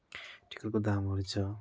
टिकटको दामहरू छ